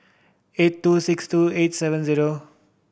eight two six two eight seven zero